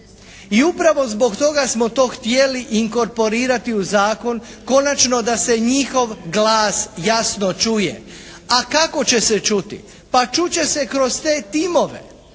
I upravo zbog toga smo to htjeli inkorporirati u zakon konačno da se i njihov glas jasno čuje. A kako će se čuti? Pa čut će se kroz te timove.